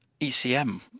ECM